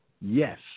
yes